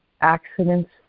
accidents